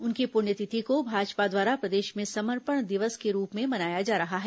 उनकी पुण्यतिथि को भाजपा द्वारा प्रदेश में समर्पण दिवस के रूप में मनाया जा रहा है